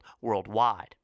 worldwide